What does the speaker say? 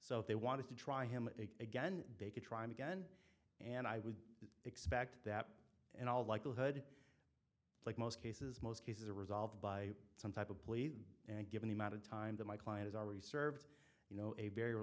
so if they want to try him again they could try him again and i would expect that and all likelihood like most cases most cases are resolved by some type of police and given the amount of time that my client is already served you know a very